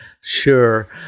Sure